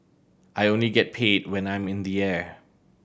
I only get paid when I'm in the air